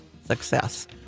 success